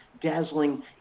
dazzling